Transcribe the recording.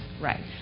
right